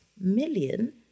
million